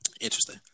Interesting